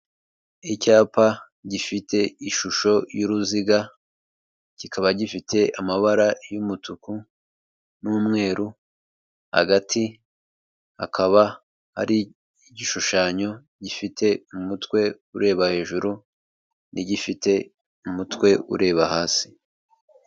Icyapa gifite ishusho y'uruziga, kikaba gifite amabara y'umutuku n'umweru, hagati akaba ari igishushanyo gifite umutwe ureba hejuru, n'igifite umutwe ureba hasi.